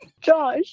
Josh